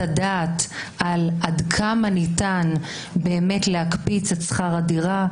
הדעת עד כמה ניתן להקפיץ את שכר הדירה,